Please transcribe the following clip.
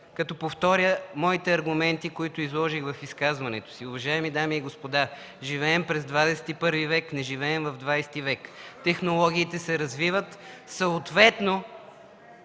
като повторя моите аргументи, които изложих в изказването си. Уважаеми дами и господа, живеем през ХХІ век, не живеем в ХХ век. Технологиите се развиват. Съответно